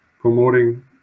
promoting